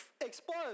explode